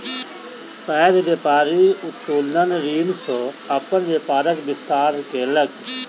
पैघ व्यापारी उत्तोलन ऋण सॅ अपन व्यापारक विस्तार केलक